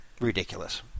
Ridiculous